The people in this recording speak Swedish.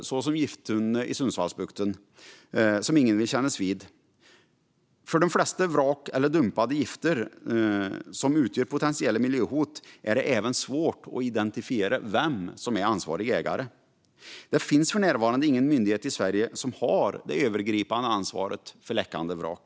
Det kan vara gifttunnorna i Sundsvallsbukten, som ingen vill kännas vid. För de flesta vrak eller dumpade gifter som utgör potentiella miljöhot är det svårt att identifiera vem som är ansvarig ägare. Det finns för närvarande ingen myndighet i Sverige som har det övergripande ansvaret för läckande vrak.